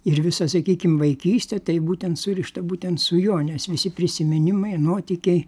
ir visa sakykim vaikystė tai būtent surišta būtent su juo nes visi prisiminimai nuotykiai